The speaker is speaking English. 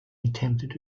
attempted